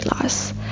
loss